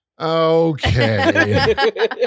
Okay